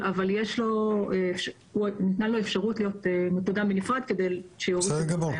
ניתנה לו אפשרות להיות --- בנפרד --- בסדר גמור.